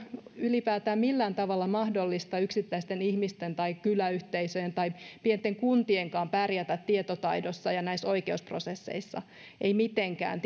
ylipäätään millään tavalla mahdollista yksittäisten ihmisten tai kyläyhteisöjen tai pienten kuntienkaan pärjätä tietotaidossa ja näissä oikeusprosesseissa ei mitenkään